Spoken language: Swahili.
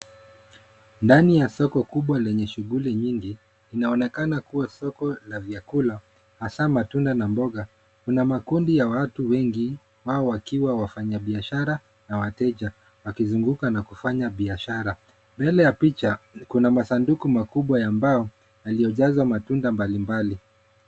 Ndani ya soko kubwa lenye shughuli nyingi, inaonekana kua soko la vyakula hasa matunda na mboga. Kuna makundi ya watu wengi wao wakiwa wafanya biashara na wateja, wakizunguka na kufanya biashara. Mbele ya picha, kuna masanduku makubwa ya mbao yaliyojazwa matunda mbalimbali.